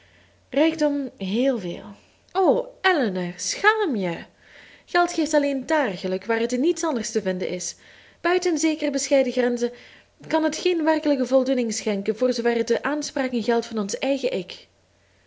rijkdom heel veel o elinor schaam je geld geeft alleen dààr geluk waar het in niets anders te vinden is buiten zekere bescheiden grenzen kan het geen werkelijke voldoening schenken voor zoover het de aanspraken geldt van ons eigen ik